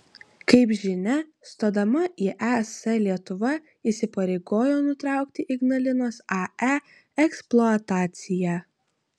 kaip žinia stodama į es lietuva įsipareigojo nutraukti ignalinos ae eksploataciją